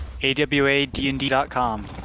AWADND.com